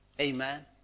Amen